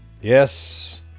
Yes